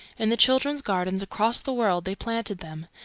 in the children's gardens across the world they planted them,